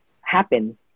happen